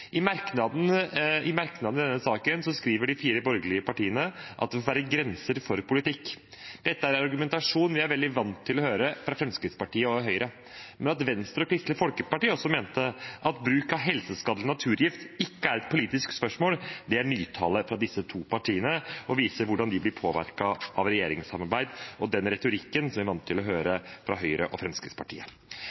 I merknadene til saken skriver de fire borgerlige partiene at det må «være grenser for politikk». Dette er en argumentasjon vi er veldig vant til å høre fra Fremskrittspartiet og Høyre, men at Venstre og Kristelig Folkeparti også mener at bruk av helseskadelig naturgift ikke er et politisk spørsmål, er nytale fra disse to partiene, og det viser hvordan de blir påvirket av regjeringssamarbeidet og den retorikken vi er vant til å høre fra Høyre og Fremskrittspartiet.